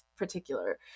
particular